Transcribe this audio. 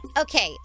Okay